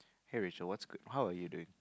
hey Rachel what's good how are you doing